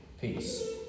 peace